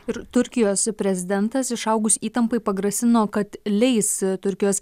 ir turkijos prezidentas išaugus įtampai pagrasino kad leis turkijos